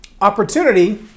opportunity